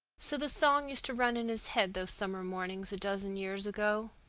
so the song used to run in his head those summer mornings a dozen years ago.